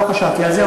לא חשבתי על זה.